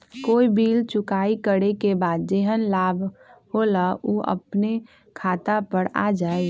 कोई बिल चुकाई करे के बाद जेहन लाभ होल उ अपने खाता पर आ जाई?